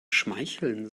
schmeicheln